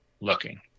looking